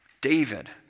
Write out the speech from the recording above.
David